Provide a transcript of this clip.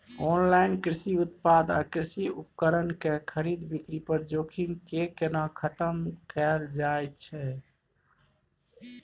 Online कृषि उत्पाद आ कृषि उपकरण के खरीद बिक्री पर जोखिम के केना खतम कैल जाए छै?